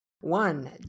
one